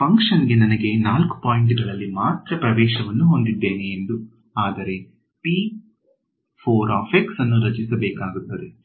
function ಗೆ ನನಗೆ 4 ಪಾಯಿಂಟ್ಗಳಲ್ಲಿ ಮಾತ್ರ ಪ್ರವೇಶವನ್ನು ಹೊಂದಿದ್ದೇನೆ ಎಂದು ಆದರೆ ಅನ್ನು ರಚಿಸಬೇಕಾಗುತ್ತದೆ